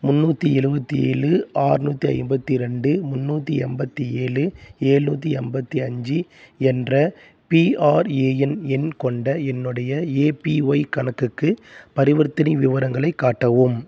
முந்நூற்றி எழுவத்தி ஏழு ஆறுநூத்தி ஐம்பத்தி இரண்டு முந்நூற்றி எண்பத்தி ஏழு ஏழுநூத்தி எண்பத்தி அஞ்சு என்ற பிஆர்ஏஎன் எண் கொண்ட என்னுடைய ஏபிஒய் கணக்குக்கு பரிவர்த்தனை விவரங்களைக் காட்டவும்